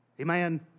Amen